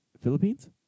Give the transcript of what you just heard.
Philippines